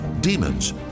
demons